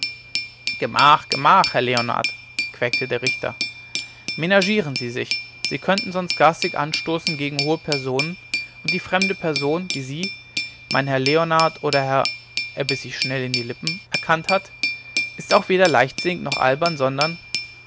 gemach gemach herr leonard quäkte der richter menagieren sie sich sie könnten sonst garstig anstoßen gegen hohe personen und die fremde person die sie mein herr leonard oder herr er biß sich schnell in die lippen erkannt hat ist auch weder leichtsinnig noch albern sondern